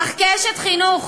אך כאשת חינוך